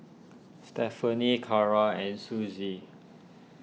Stephani Carra and Suzy